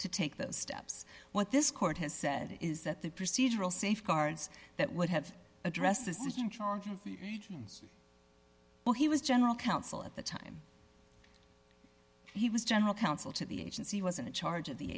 to take those steps what this court has said is that the procedural safeguards that would have addressed as well he was general counsel at the time he was general counsel to the agency wasn't in charge of the